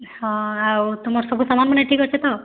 ହଁ ଆଉ ତୁମର୍ ସବୁ ସାମାନ୍ମାନେ ଠିକ୍ ଅଛେ ତ